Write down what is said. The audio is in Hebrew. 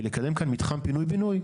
כי לקדם כאן מתחם פינוי בינוי,